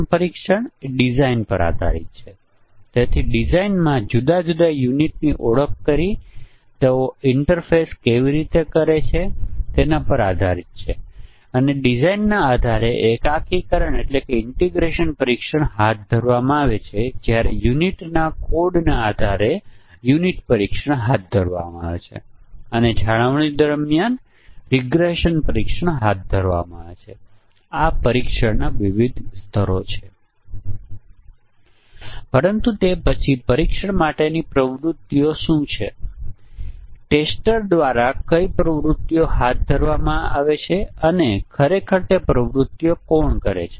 તેથી 40 પરિમાણો માટે અને દરેકમાં 2 મૂલ્યો લેતા આપણને 402 પરીક્ષણના કેસો અથવા મૂલ્યોના તમામ સંભવિત સંયોજનો ધ્યાનમાં લેવા પડશે પરંતુ જો આપણે ફક્ત જોડી મુજબના મૂલ્યો ધ્યાનમાં લઈશું તો સંભવિત જોડી મુજબના મૂલ્યો પછી પરીક્ષણની સંખ્યા કેસો 10 અથવા 12 હોઈ શકે છે જે આપણે જાણવું મુશ્કેલ નથી પરંતુ તે પછી આપણી પાસે ટૂલ્સ ઉપલબ્ધ છે આપણે ફક્ત ખૂબ જ નાના નાના ટૂલ્સ લઈશું અને તેને ચલાવીશું તે તમને જોડી મુજબના પરીક્ષણના કેસો આપશે